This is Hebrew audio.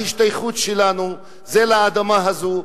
ההשתייכות שלנו היא לאדמה הזאת,